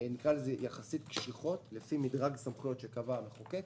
קשיחות יחסית, לפי מדרג סמכויות קבע המחוקק